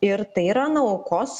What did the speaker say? ir tai yra na aukos